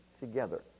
together